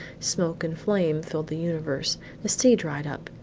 smoke and flame filled the universe the sea dried up,